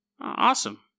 Awesome